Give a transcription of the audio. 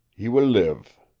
he will live.